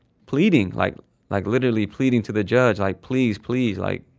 pleading, like like literally pleading to the judge like, please, please. like,